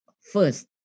first